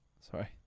Sorry